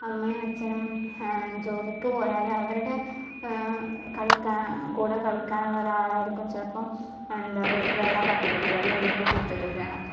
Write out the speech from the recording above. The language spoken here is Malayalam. അമ്മയും അച്ഛനും ജോലിക്ക് പോയാൽ അവരുടെ കളിക്കാൻ കൂടെ കളിക്കാനുള്ള ഒരാളായിരിക്കും ചിലപ്പം എന്താണ് വീട്ടിലുള്ള പട്ടിക്കുട്ടികൾ അല്ലെങ്കിൽ പൂച്ചക്കുട്ടികളൊക്കെ